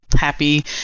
happy